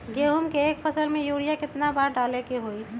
गेंहू के एक फसल में यूरिया केतना बार डाले के होई?